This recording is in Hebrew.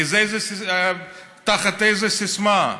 תחת איזה סיסמה.